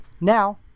Now